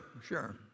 sure